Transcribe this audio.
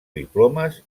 diplomes